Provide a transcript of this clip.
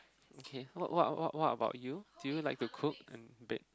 okay what what what what about you do you like to cook and bake